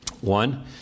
One